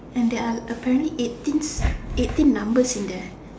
and there are apparently about eighteen eighteen numbers in there